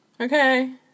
Okay